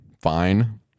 Fine